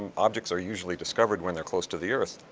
objects are usually discovered when they're close to the earth.